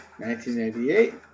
1988